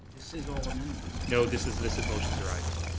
this is all amendments. no, this is this is motions arising.